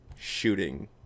shooting